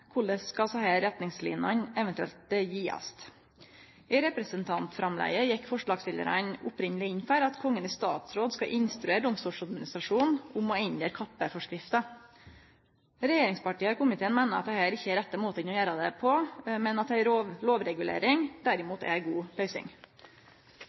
Korleis skal desse retningslinene eventuelt bli gitte? I representantframlegget gjekk forslagstillarane opphavleg inn for at Kongen i statsråd skal instruere Domstoladministrasjonen om å endre kappeforskrifta. Regjeringspartia i komiteen meiner at dette ikkje er rette måten å gjere det på, men at ei lovregulering